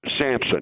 Samson